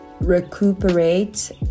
recuperate